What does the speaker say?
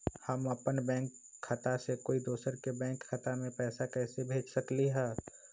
हम अपन बैंक खाता से कोई दोसर के बैंक खाता में पैसा कैसे भेज सकली ह?